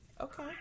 Okay